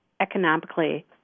economically